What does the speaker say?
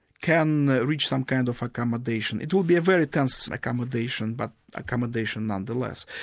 can reach some kind of accommodation. it will be a very tense accommodation, but accommodation nonetheless.